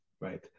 right